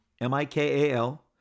M-I-K-A-L